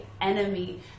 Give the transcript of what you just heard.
enemy